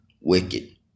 wicked